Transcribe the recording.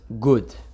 good